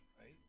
right